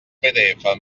pdf